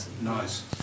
Nice